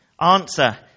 answer